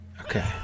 Okay